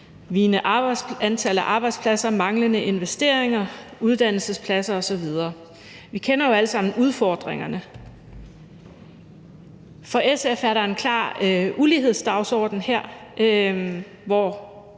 vigende antal af arbejdspladser, manglende investeringer, uddannelsespladser osv. Vi kender jo alle sammen udfordringerne. For SF er der en klar ulighedsdagsorden her, hvor